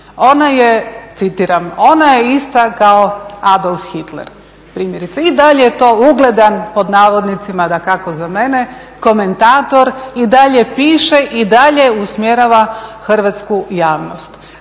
Ona je, citiram, ona je ista kao Adolf Hitler primjerice. I dalje je to ugledan, pod navodnicima dakako za mene, komentator, i dalje piše i dalje usmjerava hrvatsku javnost.